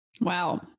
Wow